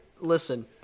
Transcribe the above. Listen